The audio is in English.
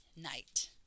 night